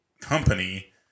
company